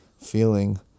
feeling